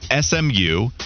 SMU